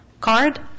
card